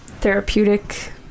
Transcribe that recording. Therapeutic